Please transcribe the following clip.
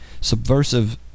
Subversive